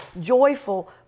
joyful